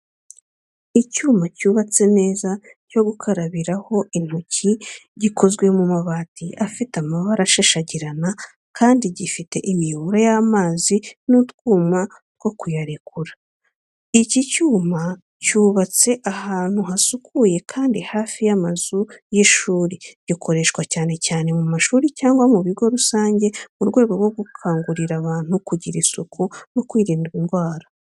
Icyuma cyubatse neza cyo gukarabiraho intoki, gikozwe mu mabati afite amabara ashashagirana kandi gifite imiyoboro y’amazi n’utwuma two kuyarekura. Iki cyuma cyubatse ahantu hasukuye kandi hafi y’amazu y’ishuri. Gikoreshwa cyane cyane mu mashuri cyangwa mu bigo rusange mu rwego rwo gukangurira abantu kugira isuku no kwirinda indwara.